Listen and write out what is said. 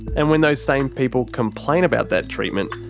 and when those same people complain about that treatment,